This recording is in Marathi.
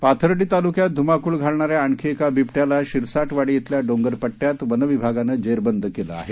पाथर्डी तालुक्यात धूमाकूळ घालणाऱ्या आणखी एका बिबट्याला शिरसाटवाडी शिल्या डोंगरपट्यात वन विभागानं जेरबंद केलं आहे